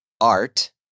art